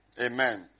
Amen